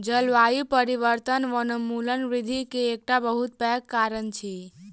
जलवायु परिवर्तन वनोन्मूलन वृद्धि के एकटा बहुत पैघ कारण अछि